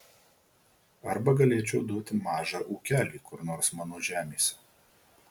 arba galėčiau duoti mažą ūkelį kur nors mano žemėse